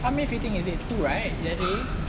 how many fitting is it two right the other day